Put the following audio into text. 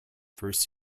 first